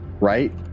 Right